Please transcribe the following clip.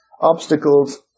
obstacles